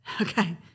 Okay